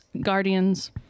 guardians